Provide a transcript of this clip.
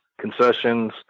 concessions